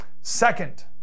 Second